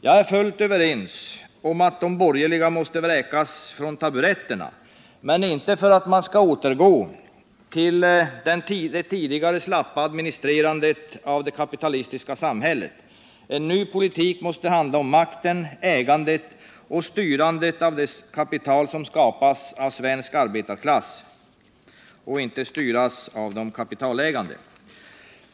Jag är helt på det klara med att de borgerliga måste vräkas från taburetterna, men inte för att man skall återgå till det tidigare slappa administrerandet av det kapitalistiska samhället. En ny politik måste handla om makten över samt ägandet och styrningen av det kapital som skapas av svensk arbetarklass. Detta kapital får inte styras av de kapitalägande.